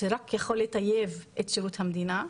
זה רק יכול לטייב את שירות המדינה,